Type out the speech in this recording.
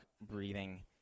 breathing